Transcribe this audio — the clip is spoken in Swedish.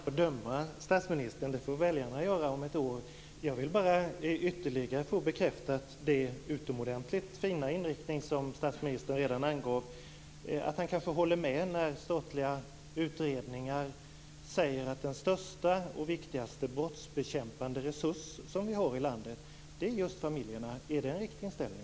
Fru talman! Jag vill inte döma statsministern - det får väljarna göra om ett år. Jag vill bara ytterligare få den utomordentligt fina inriktning bekräftad som statsministern redan angav, att han kanske håller med när statliga utredningar säger att den största och viktigaste brottsbekämpande resurs som vi har i landet är just familjerna. Är det en riktig inställning?